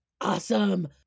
awesome